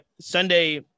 sunday